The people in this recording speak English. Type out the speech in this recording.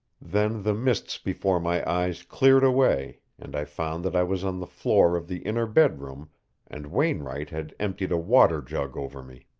then the mists before my eyes cleared away, and i found that i was on the floor of the inner bedroom and wainwright had emptied a water-jug over me.